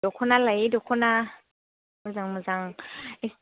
दख'ना लायै दख'ना मोजां मोजां